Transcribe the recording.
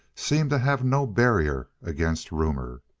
seemed to have no barrier against rumor.